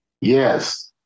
yes